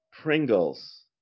Pringles